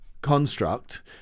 construct